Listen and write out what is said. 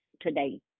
today